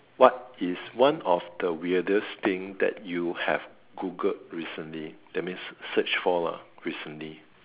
what is one of the weirdest thing that you have Googled recently that means search for lah recently